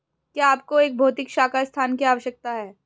क्या आपको एक भौतिक शाखा स्थान की आवश्यकता है?